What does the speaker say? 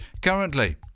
currently